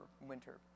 winter